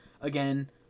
again